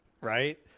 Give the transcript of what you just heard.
Right